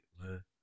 man